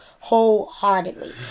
wholeheartedly